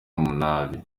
umunabi